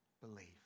believe